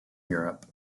europe